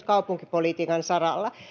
kaupunkipolitiikan saralla